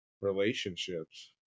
relationships